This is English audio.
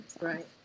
Right